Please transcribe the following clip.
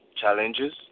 challenges